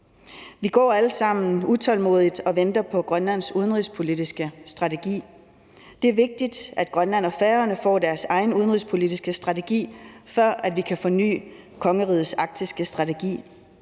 Vi går alle sammen og venter utålmodigt på Grønlands udenrigspolitiske strategi. Det er vigtigt, at Grønland og Færøerne får deres egen udenrigspolitiske strategi, før vi kan forny kongerigets arktiske strategi.